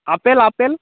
apple apple